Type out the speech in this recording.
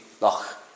look